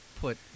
put